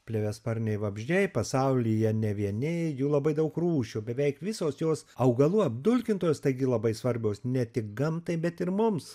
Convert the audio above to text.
plėviasparniai vabzdžiai pasaulyje ne vieni jų labai daug rūšių beveik visos jos augalų apdulkintojos taigi labai svarbios ne tik gamtai bet ir mums